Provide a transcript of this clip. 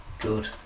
Good